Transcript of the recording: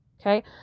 Okay